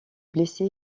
blessé